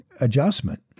adjustment